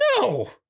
No